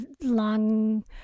long